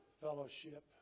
fellowship